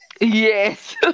Yes